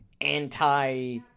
anti